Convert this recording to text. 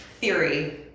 theory